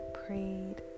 prayed